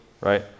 right